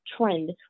trend